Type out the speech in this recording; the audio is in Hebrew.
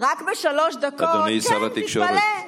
רק בשלוש דקות, דודי, אדוני שר התקשורת.